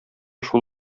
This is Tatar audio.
шул